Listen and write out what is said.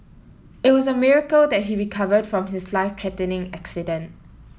it was a miracle that he recovered from his life threatening accident